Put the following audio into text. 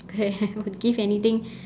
okay I would give anything